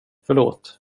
förlåt